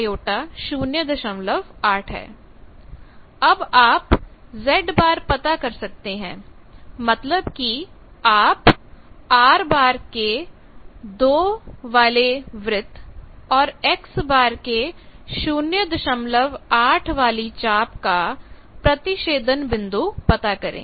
अब आप Z पता कर सकते हैं मतलब की आप R2 वाली वृत्त और X08 वाली चाप का प्रतिच्छेदन बिंदु पता करें